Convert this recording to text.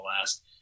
last